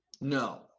No